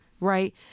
right